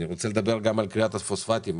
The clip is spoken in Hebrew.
על כריית הפוספטים.